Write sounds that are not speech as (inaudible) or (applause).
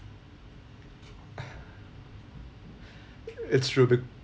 (breath) it's true but